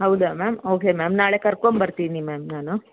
ಹೌದಾ ma'am okay ma'am ನಾಳೆ ಕರ್ಕೊಂಡ್ಬರ್ತಿನಿ ಮ್ಯಾಮ್ ನಾನು